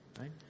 Right